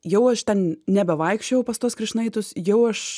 jau aš ten nebevaikščiojau pas tuos krišnaitus jau aš